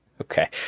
Okay